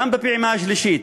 גם בפעימה השלישית,